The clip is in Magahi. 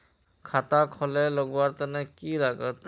खाता खोले लगवार तने की लागत?